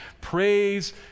Praise